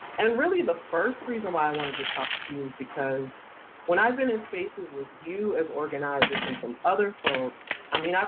and really, the first reason why i wanted to talk to you is because when i've been in spaces with you as organizers, and some other folks i mean,